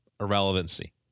Irrelevancy